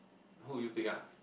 who would you pick ah